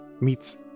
meets